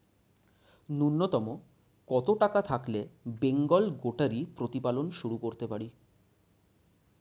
নূন্যতম কত টাকা থাকলে বেঙ্গল গোটারি প্রতিপালন শুরু করতে পারি?